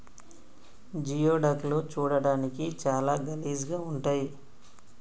geoduck లు చూడడానికి చాలా గలీజ్ గా ఉంటయ్